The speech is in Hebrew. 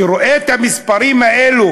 כשהוא רואה את המספרים האלו,